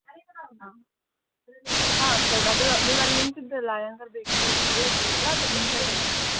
ಹಾಂ ಹಾಂ ಸ್ಟ್ರೈಟ್ ಅದು ನೀವಲ್ಲಿ ನಿಂತಿದ್ದಿರಲ್ಲ ಅಯ್ಯಂಗಾರ್ ಬೇಕ್ರಿ ಹತ್ತಿರ ನೀವು ನಿಂತಿದ್ದಿರಲ್ಲ ಅದರ ಹಿಂದುಗಡೆನೇ ಇರೋದು